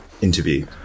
interview